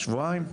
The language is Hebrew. שבועיים?